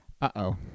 uh-oh